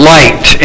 light